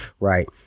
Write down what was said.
right